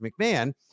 mcmahon